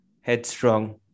headstrong